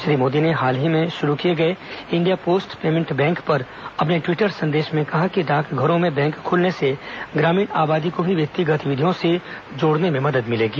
श्री मोदी ने हाल ही में शुरू किए गए इंडिया पोस्ट पेमेंट्स बैंक पर अपने ट्विटर संदेश में कहा कि डाकघरों में बैंक खुलने से ग्रामीण आबादी को भी वित्तीय गतिविधियों से जोड़ने में मदद मिलेगी